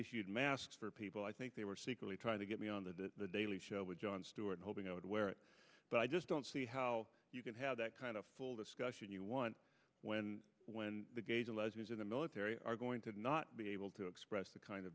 issued masks for people i think they were secretly trying to get me on the daily show with jon stewart hoping i would wear it but i just don't see how you can have that kind of discussion you want when when the gays and lesbians in the military are going to not be able to express the kind of